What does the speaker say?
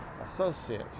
associate